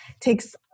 takes